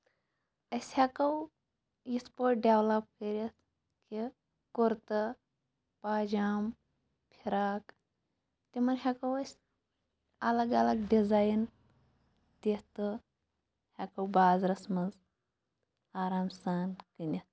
أسۍ ہٮ۪کَو یِتھۍ پٲٹھۍ ڈٮ۪ولَپ کٔرِتھ کہِ کُرتہٕ پاجام فِراک تِمَن ہٮ۪کو أسۍ اَلگ اَلگ ڈِزایِن دِتھ تہٕ ہٮ۪کو بازرَس منٛز آرام سان کٕنِتھ